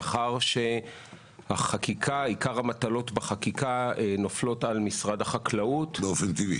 מאחר שעיקר המטלות בחקיקה נופלות על משרד החקלאות -- באופן טבעי.